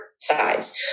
size